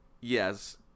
yes